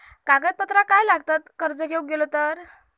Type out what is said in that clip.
कागदपत्रा काय लागतत कर्ज घेऊक गेलो तर?